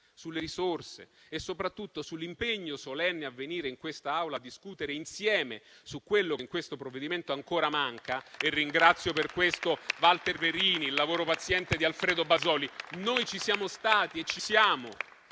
sulle risorse e soprattutto sull'impegno solenne a venire in questa Aula a discutere insieme su quello che in questo provvedimento ancora manca - e ringrazio per questo il senatore Verini e il lavoro paziente del senatore Bazoli - noi ci siamo stati, ci siamo